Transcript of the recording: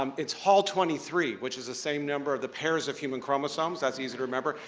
um it's hall twenty three, which is the same number of the pairs of human chromosomes that's easy to remember.